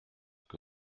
que